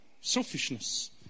Selfishness